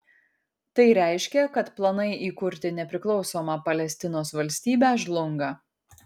tai reiškia kad planai įkurti nepriklausomą palestinos valstybę žlunga